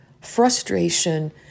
frustration